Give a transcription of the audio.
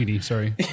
sorry